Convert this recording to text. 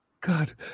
God